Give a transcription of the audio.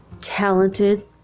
Talented